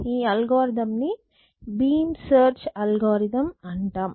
ఈ అల్గోరిథం ని beam search algorithm అంటాం